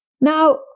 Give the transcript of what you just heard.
Now